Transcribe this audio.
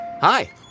Hi